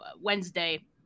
Wednesday